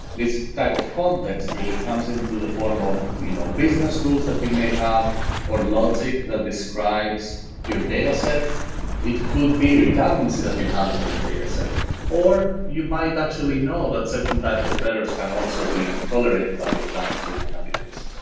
this type of context really comes into the form of you know business rules that you may have or logic that describes your dataset it could be redundancy that you have in your dataset or you might actually know that certain types of errors can also be tolerated by your downstream analytics.